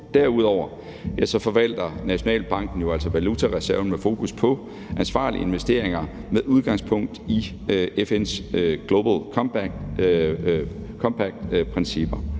Derudover forvalter Nationalbanken valutareserven med fokus på ansvarlige investeringer med udgangspunkt i FN's Global Compact-principper.